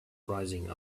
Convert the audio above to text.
rising